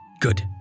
Good